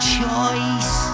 choice